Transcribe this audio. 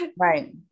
right